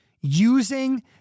Using